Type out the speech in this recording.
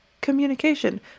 communication